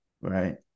right